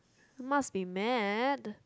must be mad